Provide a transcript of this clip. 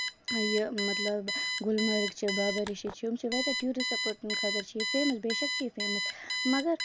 یہِ مطلب گُلمَرٕگ چھِ بابا رِشی چھِ یِم چھِ واریاہ ٹوٗرِسٹن خٲطرٕ چھِ یہِ واریاہ فیمَس بے شَکھ چھِ یہِ فیمَس مَگر